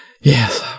yes